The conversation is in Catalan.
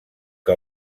que